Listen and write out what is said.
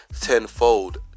tenfold